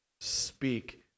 speak